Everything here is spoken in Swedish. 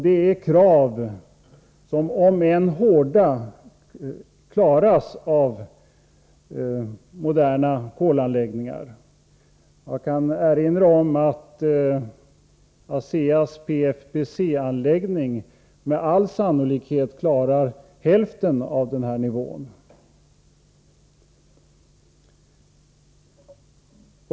Det är krav som, om än hårda, klaras av moderna kolanläggningar. Jag kan erinra om ASEA:s PFBC-anläggning som med all sannolikhet klarar hälften av den här nivån.